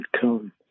come